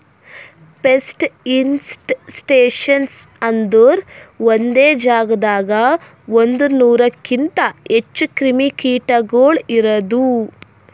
pest infestations ಅಂದುರ್ ಒಂದೆ ಜಾಗದಾಗ್ ಒಂದೂರುಕಿಂತ್ ಹೆಚ್ಚ ಕ್ರಿಮಿ ಕೀಟಗೊಳ್ ಇರದು